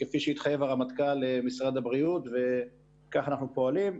וכפי שהתחייב הרמטכ"ל למשרד הבריאות וכך אנחנו פועלים.